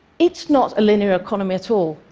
it's not a linear economy at all,